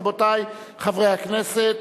רבותי חברי הכנסת.